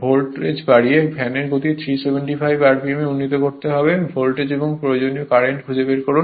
voltage বাড়িয়ে ফ্যানের গতি 375 rpm এ উন্নীত করতে হবে ভোল্টেজ এবং প্রয়োজনীয় কারেন্ট খুঁজে বের করুন